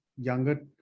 younger